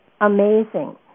amazing